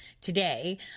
today